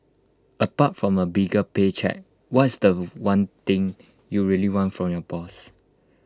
apart from A bigger pay cheque what's The One thing you really want from your boss